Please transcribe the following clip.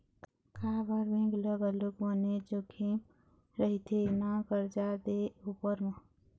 काबर बेंक ल घलोक बनेच जोखिम रहिथे ना करजा दे उपर म